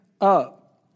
up